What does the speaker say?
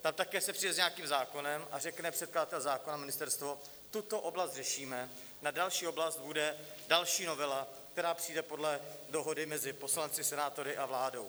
Tam také se přijde s nějakým zákonem a řekne předkladatel zákona, ministerstvo: tuto oblast řešíme, na další oblast bude další novela, která přijde podle dohody mezi poslanci, senátory a vládou.